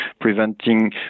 preventing